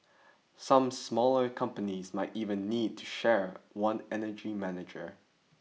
some smaller companies might even need to share one energy manager